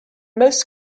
most